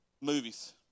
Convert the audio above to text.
Movies